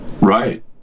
Right